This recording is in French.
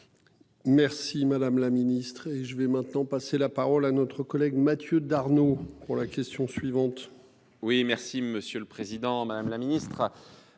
Merci madame la ministre et je vais maintenant passer la parole à notre collègue Mathieu Darnaud pour la question suivante.